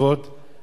אני חושב